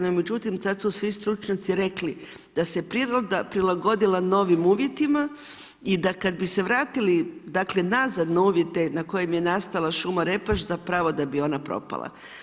No, međutim, tad su svi stručnjaci rekli da se priroda prilagodila novim uvjetima i da kad bi se vratili nazad na uvjete na kojima je nastala šuma Repaš da bi ona propala.